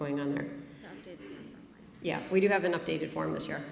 going on there yeah we do have an updated form this year